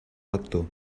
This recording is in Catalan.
lector